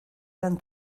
eran